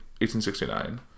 1869